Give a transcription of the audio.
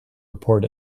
report